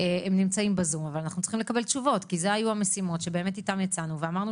תיסע להעמק